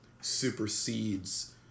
supersedes